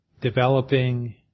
developing